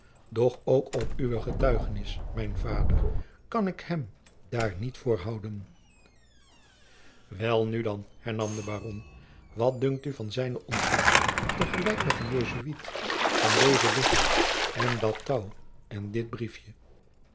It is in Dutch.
doch ook op uwe getuigenis mijn vader kan ik hem daar niet voor houden welnu dan hernam de baron wat dunkt u van zijne ontsnapping te gelijk met den jesuit van deze wigge en dat touw van dit briefje